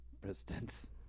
presidents